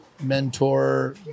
mentor